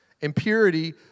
impurity